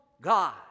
God